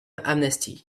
amnesty